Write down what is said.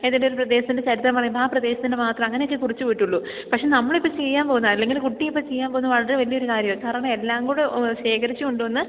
ഏതെങ്കിലും ഒരു പ്രദേശത്തിന്റെ ചരിത്രം പറയുമ്പോൾ ആ പ്രദേശത്തിന്റെ മാത്രം അങ്ങനെയൊക്കെ കുറിച്ചു പോയിട്ടുള്ളൂ പക്ഷെ നമ്മളിപ്പം ചെയ്യാന് പോവുന്നത് അല്ലെങ്കിൽ കുട്ടിയിപ്പം ചെയ്യാന് പോവുന്നത് വളരെ വലിയ ഒരു കാര്യമാ കാരണം എല്ലാംകൂടെ ശേഖരിച്ച് കൊണ്ടുവന്ന്